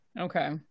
Okay